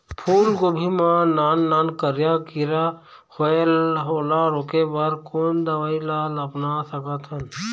फूलगोभी मा नान नान करिया किरा होयेल ओला रोके बर कोन दवई ला अपना सकथन?